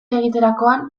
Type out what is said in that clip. egiterakoan